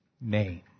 name